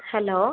hello